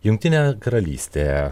jungtinė karalystė